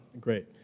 Great